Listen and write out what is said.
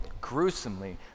gruesomely